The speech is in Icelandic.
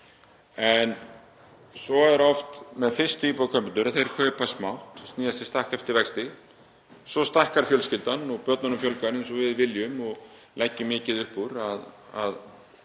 Það er oft svo með fyrstu íbúðarkaupendur að þeir kaupa smátt, sníða sér stakk eftir vexti, en svo stækkar fjölskyldan og börnunum fjölgar, eins og við viljum og leggjum mikið upp úr, að